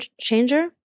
changer